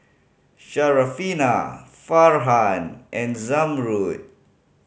Syarafina Farhan and Zamrud